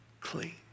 clean